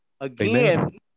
again